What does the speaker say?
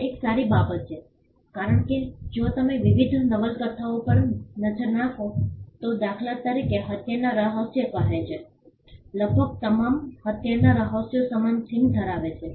આ એક સારી બાબત છે કારણ કે જો તમે વિવિધ નવલકથાઓ પર નજર નાખો તો દાખલા તરીકે હત્યાના રહસ્ય કહે છે લગભગ તમામ હત્યાના રહસ્યો સમાન થીમ ધરાવે છે